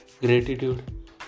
gratitude